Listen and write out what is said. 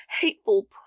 hateful